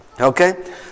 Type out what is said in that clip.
Okay